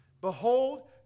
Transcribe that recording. Behold